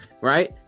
right